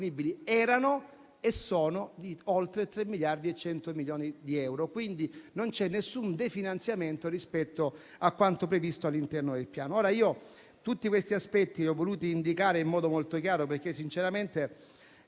erano e sono di oltre 3,1 miliardi di euro; quindi, non c'è nessun definanziamento rispetto a quanto previsto all'interno del Piano. Tutti questi aspetti li ho voluto indicare in modo molto chiaro perché, sinceramente,